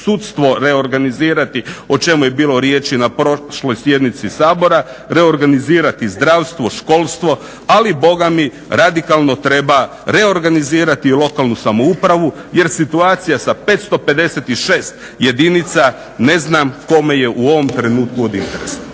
sudstvo reorganizirati o čemu je bilo riječi na prošloj sjednici Sabora, reorganizirati zdravstvo, školstvo, ali boga mi radikalno treba reorganizirati i lokalnu samoupravu jer situacija sa 556 jedinica ne znam kome je u ovom trenutku od interesa.